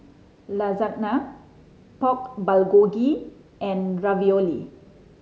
Lasagna Pork Bulgogi and Ravioli